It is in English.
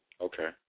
Okay